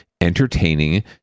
entertaining